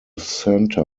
center